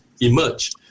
emerge